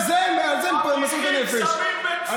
על מי הם מסרו אם לא על השבת, על